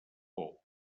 por